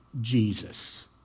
Jesus